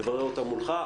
נברר מולך.